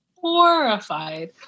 Horrified